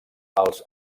els